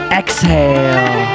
exhale